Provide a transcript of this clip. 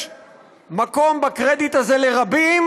יש מקום בקרדיט הזה לרבים,